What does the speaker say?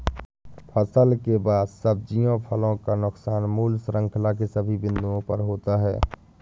फसल के बाद सब्जियों फलों का नुकसान मूल्य श्रृंखला के सभी बिंदुओं पर होता है